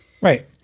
Right